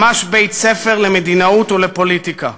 ממש בית-ספר למדינאות ולפוליטיקה.